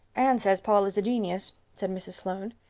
anne says paul is a genius, said mrs. sloane.